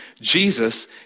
Jesus